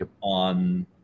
on